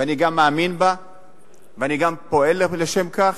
ואני גם מאמין בה ואני גם פועל לשם כך.